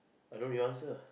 I don't you answer